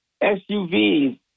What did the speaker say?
SUVs